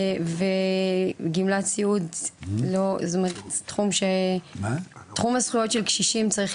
וגמלת סיעוד זה תחום הזכויות של קשישים צריך